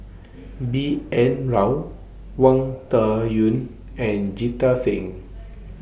B N Rao Wang Dayuan and Jita Singh